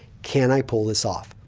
can i pull this off?